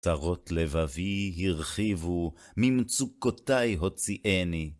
צרות לבבי הרחיבו, ממצוקותיי הוציאני.